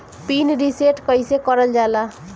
Pin reset कईसे करल जाला?